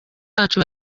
wacu